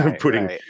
putting